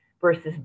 versus